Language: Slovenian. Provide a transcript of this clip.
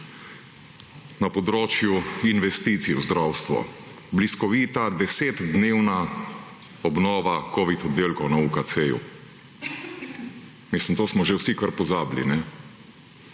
Na področju investicij v zdravstvo, bliskovita desetdnevna obnova covid oddelkov na UKC-ju. Mislim, to smo že vsi kar pozabili.